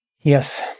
Yes